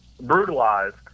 brutalized